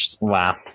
Wow